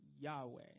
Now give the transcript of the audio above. Yahweh